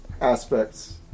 aspects